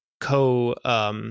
co